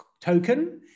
Token